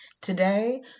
Today